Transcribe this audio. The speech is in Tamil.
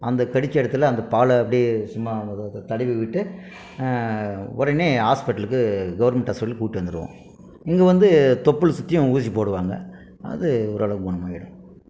அந்த கடித்த இடத்துல அந்த பாலை அப்படியே சும்மா தடவி விட்டு உடனே ஹாஸ்ப்பிட்டலுக்கு கவர்மெண்ட் ஹாஸ்ப்பிட்டலுக்கு கூட்டி வந்துடுவோம் இங்கே வந்து தொப்புள் சுற்றியும் ஊசி போடுவாங்க அது ஓரளவுக்கு குணமாகிடும்